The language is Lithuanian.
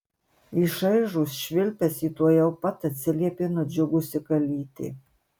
į šaižų švilpesį tuojau pat atsiliepė nudžiugusi kalytė